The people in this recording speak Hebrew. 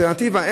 אלטרנטיבה?